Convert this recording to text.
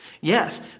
yes